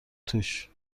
توش